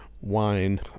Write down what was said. wine